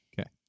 Okay